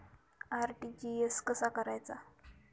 RTGS कसा करायचा?